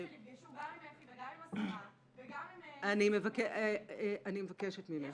ונפגשו גם עם אפי וגם עם השרה וגם עם --- אני מבקשת ממך.